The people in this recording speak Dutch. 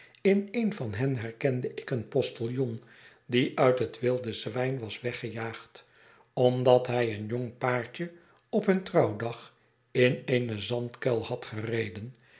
in een van hen herkende ik een postiljon die uit het wilde zwijn was weggejaagd omdat hij een jong paartje op hun trouwdag in eene zandkuil had gereden